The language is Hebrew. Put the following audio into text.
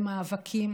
במאבקים